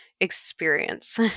experience